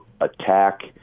attack